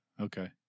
Okay